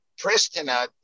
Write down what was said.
Pristina